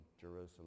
Jerusalem